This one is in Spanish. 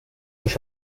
los